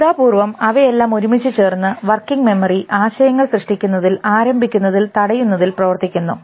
ശ്രദ്ധാപൂർവ്വം അവയെല്ലാം ഒരുമിച്ചു ചേർന്ന് വർക്കിംഗ് മെമ്മറി ആശയങ്ങൾ സൃഷ്ടിക്കുന്നതിൽ ആരംഭിക്കുന്നതിൽ തടയുന്നതിൽ പ്രവർത്തിക്കുന്നു